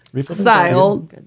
style